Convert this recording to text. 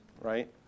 right